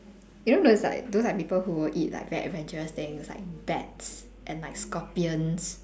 you know there's like those like people who would eat like very adventurous things like bats and like scorpions